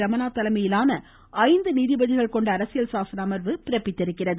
ரமணா தலைமையிலான ஐந்து நீதிபதிகள் கொண்ட அரசியல் சாசன அமர்வு பிறப்பித்துள்ளது